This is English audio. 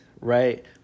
right